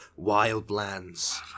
Wildlands